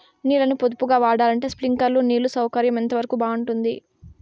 నీళ్ళ ని పొదుపుగా వాడాలంటే స్ప్రింక్లర్లు నీళ్లు సౌకర్యం ఎంతవరకు బాగుంటుంది?